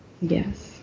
Yes